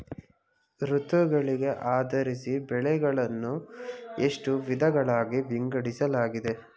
ಋತುಗಳಿಗೆ ಆಧರಿಸಿ ಬೆಳೆಗಳನ್ನು ಎಷ್ಟು ವಿಧಗಳಾಗಿ ವಿಂಗಡಿಸಲಾಗಿದೆ?